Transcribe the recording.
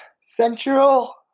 Central